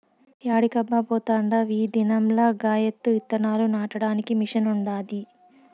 యాడికబ్బా పోతాండావ్ ఈ దినం లగాయత్తు ఇత్తనాలు నాటడానికి మిషన్ ఉండాది